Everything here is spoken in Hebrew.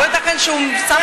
אבל בזה החוק יכול לטפל.